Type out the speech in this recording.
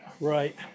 right